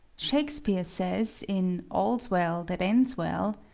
shakespeare says, in all's well that ends well,